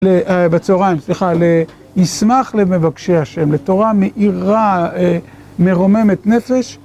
ל... א... בצהריים, סליחה, ל"ישמח למבקשי השם", לתורה מאירה, אה... מרוממת נפש.